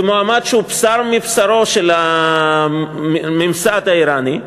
זה מועמד שהוא בשר מבשרו של הממסד האיראני.